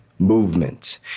Movement